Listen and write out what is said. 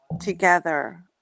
together